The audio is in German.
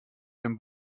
dem